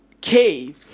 Cave